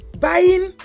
Buying